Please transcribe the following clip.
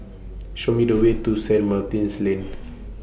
Show Me The Way to Saint Martin's Lane